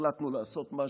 החלטנו לעשות,